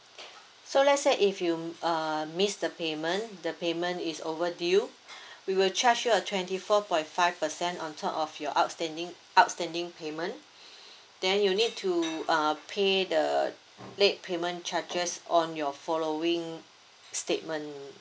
so let's say if you err miss the payment the payment is overdue we will charge you a twenty four point five percent on top of your outstanding outstanding payment then you need to uh pay the late payment charges on your following statement